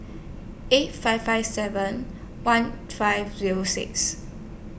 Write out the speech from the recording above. eight five five seven one five Zero six